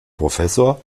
professor